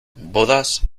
bodas